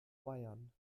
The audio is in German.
bayern